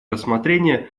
рассмотрения